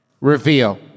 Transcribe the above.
Reveal